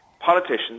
Politicians